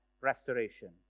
restoration